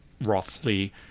Roughly